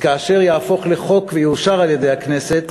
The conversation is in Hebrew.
כאשר יהפוך לחוק ויאושר על-ידי הכנסת,